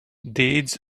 deeds